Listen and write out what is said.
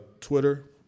Twitter